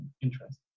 interest